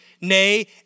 nay